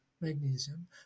magnesium